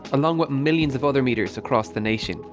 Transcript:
along with millions of other meters across the nation.